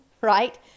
right